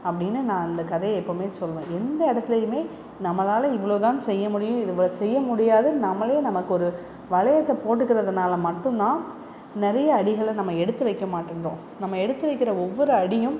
அப்படினு நான் அந்த கதையை எப்போவுமே சொல்லுவேன் எந்த இடத்துலையுமே நம்மளால் இவ்வளோ தான் செய்ய முடியும் இது இவ்வளோ செய்ய முடியாது நாமளே நமக்கொரு வளையத்தை போட்டுக்குறதுனால மட்டும் தான் நிறைய அடிகளை நம்ம எடுத்து வக்க மாட்டேன்றோம் நம்ம எடுத்து வக்கிற ஒவ்வொரு அடியும்